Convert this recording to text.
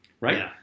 Right